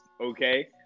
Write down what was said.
okay